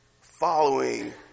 following